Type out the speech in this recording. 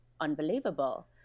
unbelievable